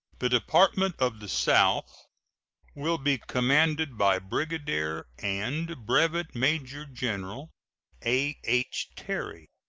the department of the south will be commanded by brigadier and brevet major general a h. terry.